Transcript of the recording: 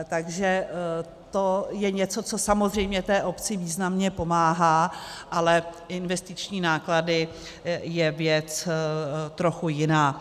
Takže to je něco, co samozřejmě té obci významně pomáhá, ale investiční náklady je věc trochu jiná.